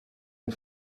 and